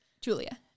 Julia